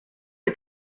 est